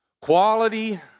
Quality